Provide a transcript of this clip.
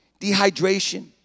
dehydration